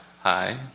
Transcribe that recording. Hi